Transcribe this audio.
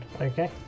okay